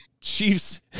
Chiefs